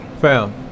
Fam